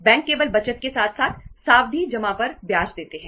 bank केवल बचत के साथ साथ सावधि जमा पर ब्याज देते हैं